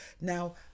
Now